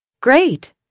Great